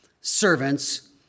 servants